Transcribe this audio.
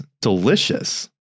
delicious